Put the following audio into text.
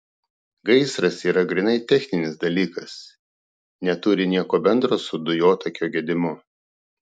gaisras yra grynai techninis dalykas neturi nieko bendro su dujotakio gedimu